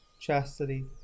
chastity